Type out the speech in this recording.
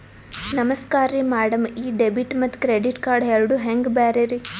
ನಮಸ್ಕಾರ್ರಿ ಮ್ಯಾಡಂ ಈ ಡೆಬಿಟ ಮತ್ತ ಕ್ರೆಡಿಟ್ ಕಾರ್ಡ್ ಎರಡೂ ಹೆಂಗ ಬ್ಯಾರೆ ರಿ?